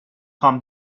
خوام